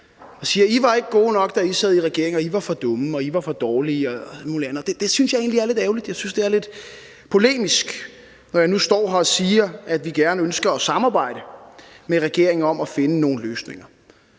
og siger: I var ikke gode nok, da I sad i regering, I var for dumme, I var for dårlige. Det synes jeg egentlig er lidt ærgerligt. Jeg synes, det er lidt polemisk, når jeg nu står her og siger, at vi gerne vil samarbejde med regeringen om at finde nogle løsninger.